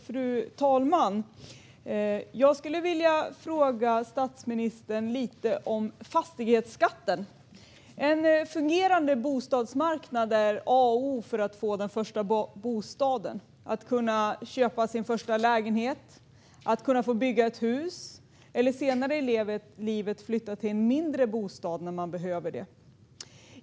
Fru talman! Jag skulle vilja ställa en fråga till statsministern om fastighetsskatten. En fungerande bostadsmarknad är A och O för att kunna få den första bostaden, att kunna köpa sin första lägenhet, att kunna få bygga ett hus eller att senare i livet kunna flytta till en mindre bostad när man behöver det.